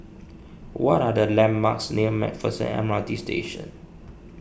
what are the landmarks near MacPherson M R T Station